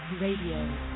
Radio